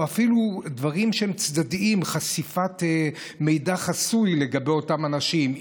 או אפילו דברים שהם צדדיים: חשיפת מידע חסוי לגבי אותם אנשים,